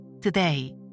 Today